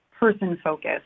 person-focused